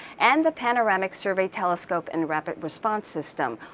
and the panoramic survey telescope and rapid response system,